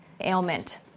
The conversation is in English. ailment